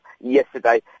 yesterday